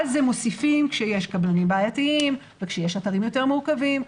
זה מוסיפים כשיש קבלנים בעייתיים וכשיש אתרים יותר מורכבים.